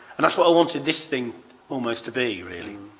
and that's what i wanted this thing almost to be really.